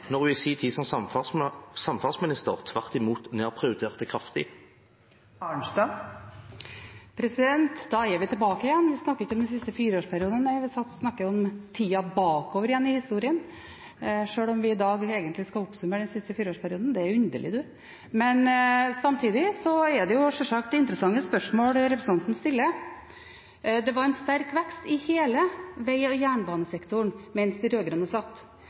når hun i sin tid som samferdselsminister tvert imot nedprioriterte kraftig? Da er vi tilbake igjen: Vi snakker ikke om den siste fireårsperioden. Nei, vi snakker om tida bakover igjen i historien, sjøl om vi i dag egentlig skal oppsummere den siste fireårsperioden. Det er underlig. Samtidig er det sjølsagt interessante spørsmål representanten stiller. Det var en sterk vekst i hele vei- og jernbanesektoren mens de rød-grønne satt,